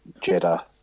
Jetta